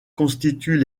constituent